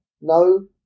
No